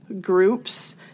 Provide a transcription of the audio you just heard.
groups